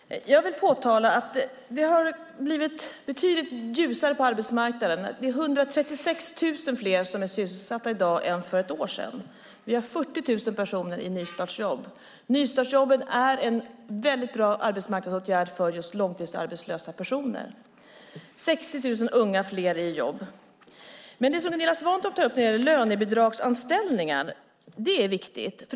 Fru talman! Jag vill påtala att det har blivit betydligt ljusare på arbetsmarknaden. 136 000 fler är sysselsatta i dag än för ett år sedan. 40 000 personer finns i nystartsjobb. Nystartsjobben är en bra arbetsmarknadsåtgärd för långtidsarbetslösa personer. 60 000 fler unga har fått jobb. Det som Gunilla Svantorp tar upp när det gäller lönebidragsanställningar är viktigt.